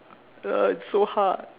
err it's so hard